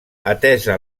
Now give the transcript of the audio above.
atesa